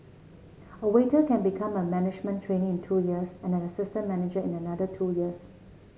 a waiter can become a management trainee in two years and an assistant manager in another two years